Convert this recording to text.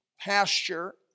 Pasture